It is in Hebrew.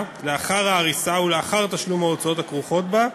לאחר ההריסה ולאחר תשלום ההוצאות הכרוכות בה,